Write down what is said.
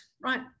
right